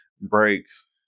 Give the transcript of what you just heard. breaks